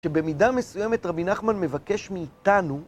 שבמידה מסוימת רבי נחמן מבקש מאיתנו